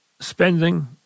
spending